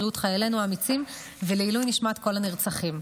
לבריאות חיילינו האמיצים ולעילוי נשמת כל הנרצחים.